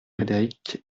frédéric